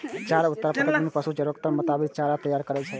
चारा उत्पादक विभिन्न पशुक जरूरतक मोताबिक चारा तैयार करै छै